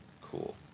cool